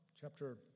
chapter